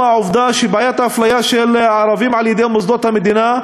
העובדה שבעיית האפליה של הערבים על-ידי מוסדות המדינה